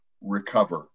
recover